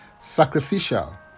sacrificial